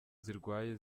zirwaye